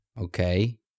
Okay